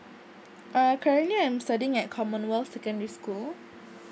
uh currently I'm studying at commonwealth secondary school